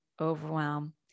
overwhelm